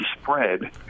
spread